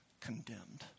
condemned